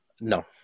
No